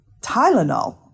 Tylenol